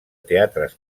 teatres